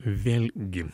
vėl gi